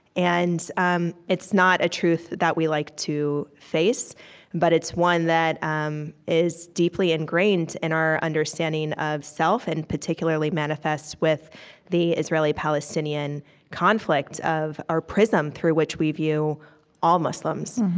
and um it's not a truth that we like to face but it's one that um is deeply ingrained in our understanding of self and particularly manifests with the israeli-palestinian conflict of, or prism through which we view all muslims,